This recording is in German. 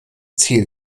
ziel